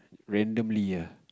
randomly ah